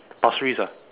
Pasir-Ris ah